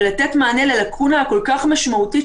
ולתת מענה ללקונה הכול-כך משמעותית,